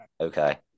Okay